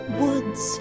woods